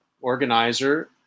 organizer